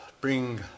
bring